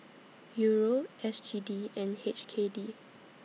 Euro S G D and H K D